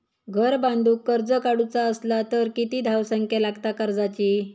घर बांधूक कर्ज काढूचा असला तर किती धावसंख्या लागता कर्जाची?